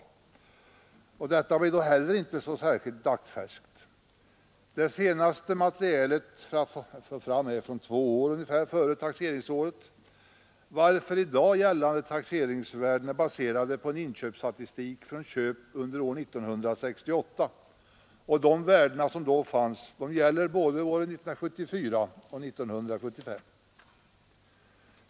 Detta blir då inte heller dagsfärskt. Det senaste material man kan få fram är från tiden två år före taxeringsåret, varför i dag gällande taxeringsvärden är baserade på en inköpsstatistik avseende köp under 1968. De värden som då fanns gäller både 1974 och 1975.